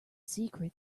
secret